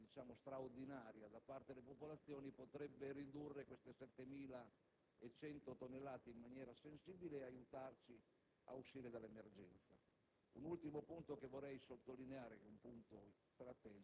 L'avvio di una raccolta differenziata forzata, straordinaria da parte delle popolazioni potrebbe ridurre le 7.100 tonnellate in maniera sensibile e aiutarci ad uscire dall'emergenza.